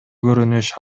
көрүнүш